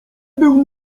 był